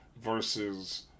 versus